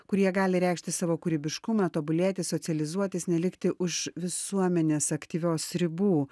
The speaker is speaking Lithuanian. kur jie gali reikšti savo kūrybiškumą tobulėti socializuotis nelikti už visuomenės aktyvios ribų